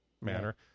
manner